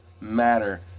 matter